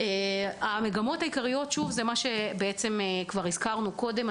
המגמות העיקריות זה מה שכבר הוזכר קודם,